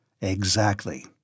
Exactly